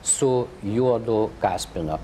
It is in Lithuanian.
su juodu kaspinu